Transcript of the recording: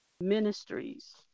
ministries